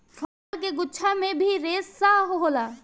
फल के गुद्दा मे भी रेसा होला